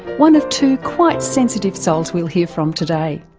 one of two quite sensitive souls we'll hear from today.